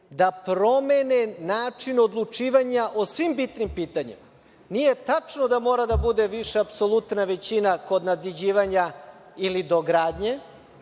da promene način odlučivanja o svim bitnim pitanjima. Nije tačno da mora da bude više apsolutna većina kod nadziđivanja ili dogradnje,